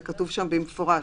זה כתוב שם במפורש.